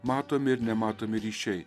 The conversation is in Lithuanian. matomi ir nematomi ryšiai